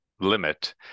limit